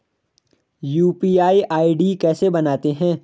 UPI ID कैसे बनाते हैं?